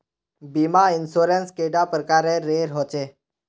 बीमा इंश्योरेंस कैडा प्रकारेर रेर होचे